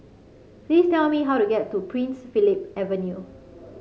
please tell me how to get to Prince Philip Avenue